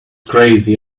crazy